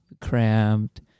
cramped